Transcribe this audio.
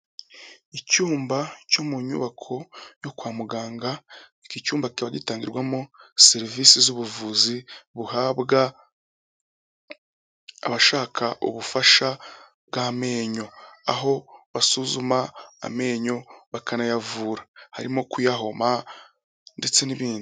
Icyumba cyo mu nyubako yo kwa muganga, iki cyumba kikaba gitangirwamo serivisi z'ubuvuzi buhabwa abashaka ubufasha bw'amenyo, aho basuzuma amenyo bakanayavura, harimo kuyahoma ndetse n'ibindi.